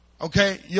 Okay